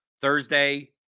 Thursday